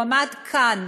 הוא עמד כאן